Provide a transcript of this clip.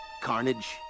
carnage